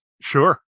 sure